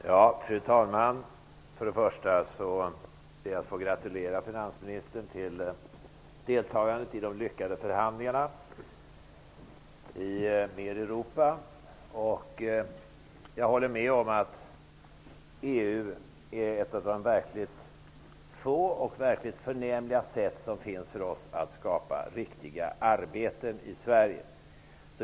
Fru talman! Först ber jag att få gratulera fru finansministern till deltagandet i de lyckade förhandlingarna nere i Europa. Jag håller med om att EU är ett av de verkligt få och förnämliga medel som finns för oss att skapa riktiga arbeten i Sverige.